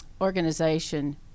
organization